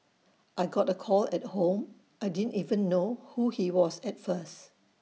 I got A call at home I didn't even know who he was at first